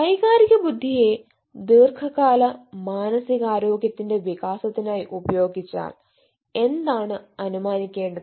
വൈകാരിക ബുദ്ധിയെ ദീർഘകാല മാനസികാരോഗ്യത്തിൻറെ വികാസത്തിനായി ഉപയോഗിച്ചാൽ എന്താണ് അനുമാനിക്കേണ്ടത്